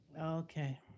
Okay